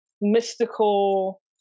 mystical